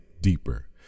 deeper